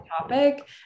topic